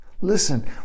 Listen